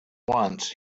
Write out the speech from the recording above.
once